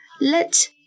Let